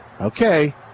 Okay